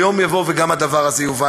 ויום יבוא וגם הדבר הזה יובן.